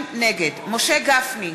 גפני,